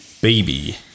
baby